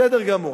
בסדר גמור.